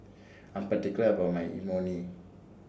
I'm particular about My Imoni